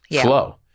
flow